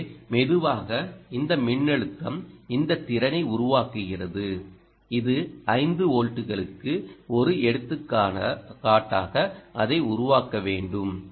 எனவே மெதுவாக இந்த மின்னழுத்தம் இந்த திறனை உருவாக்குகிறது இது 5 வோல்ட்டுகளுக்கு ஒரு எடுத்துக்காட்டாஎ அதை உருவாக்க வேண்டும்